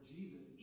Jesus